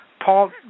Paul